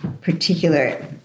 particular